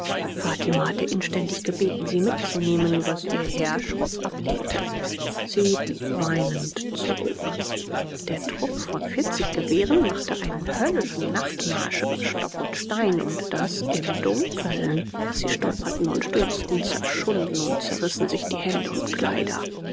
fatima hatte inständig gebeten sie mitzunehmen was ihr herr schroff ablehnte sie blieb weinend zurück der trupp von vierzig gewehren machte einen höllischen nachtmarsch über stock und stein und das im dunkeln sie stolperten und stürzten zerschunden und zerrissen sich die hände und kleider